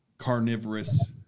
carnivorous